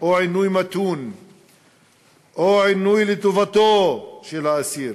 או עינוי מתון או עינוי לטובתו של האסיר.